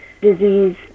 disease